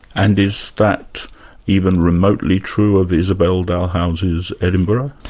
and is that even remotely true of isabel dalhousie's edinburgh?